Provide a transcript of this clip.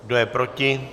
Kdo je proti?